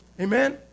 Amen